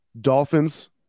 Dolphins